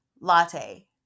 latte